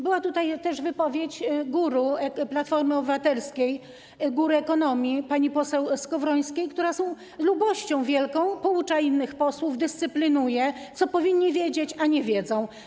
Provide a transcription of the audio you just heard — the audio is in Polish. Była też wypowiedź guru Platformy Obywatelskiej, guru ekonomii, pani poseł Skowrońskiej, która z wielką lubością poucza innych posłów, dyscyplinuje, co powinni wiedzieć, a nie wiedzą.